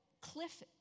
Cliff